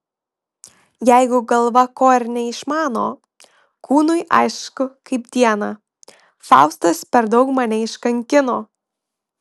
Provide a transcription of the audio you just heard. jeigu galva ko ir neišmano kūnui aišku kaip dieną faustas per daug mane iškankino